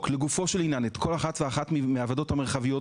לגופו של עניין כל אחת ואחת מהוועדות המרחביות,